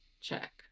check